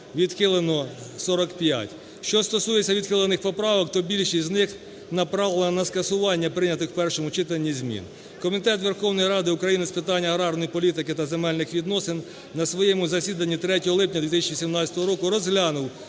відхилено 45. Що стосується відхилених поправок, то більшість з них направлено на скасування прийнятих у першому читанні змін. Комітет Верховної Ради України з питань аграрної політики та земельних відносин на своєму засідання 3 липня 2018 року розглянув